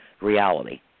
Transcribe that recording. reality